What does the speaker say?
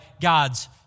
God's